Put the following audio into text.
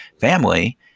family